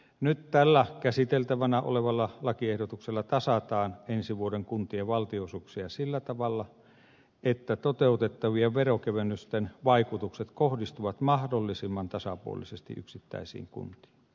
nyt tällä käsiteltävänä olevalla lakiehdotuksella tasataan kuntien ensi vuoden valtionosuuksia sillä tavalla että toteutettavien veronkevennysten vaikutukset kohdistuvat mahdollisimman tasapuolisesti yksittäisiin kuntiin